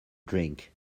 drink